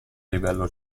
livello